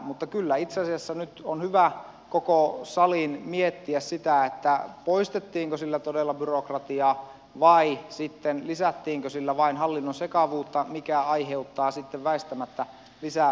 mutta kyllä itse asiassa nyt on hyvä koko salin miettiä sitä poistettiinko sillä todella byrokratiaa vai lisättiinkö sillä vain hallinnon sekavuutta mikä aiheuttaa sitten väistämättä lisää byrokratiaa